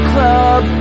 Club